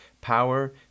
Power